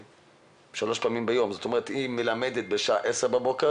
שלוש פעמים ביום היא מלמדת בשעה 10:00 בבוקר